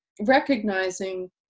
recognizing